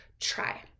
try